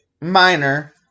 minor